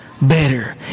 Better